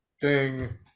Ding